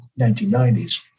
1990s